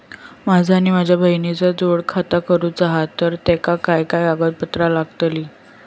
माझा आणि माझ्या बहिणीचा जोड खाता करूचा हा तर तेका काय काय कागदपत्र लागतली?